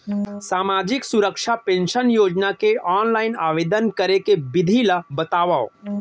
सामाजिक सुरक्षा पेंशन योजना के ऑनलाइन आवेदन करे के विधि ला बतावव